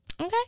okay